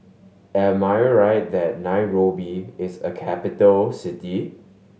am I right that Nairobi is a capital city